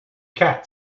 cat